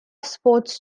sports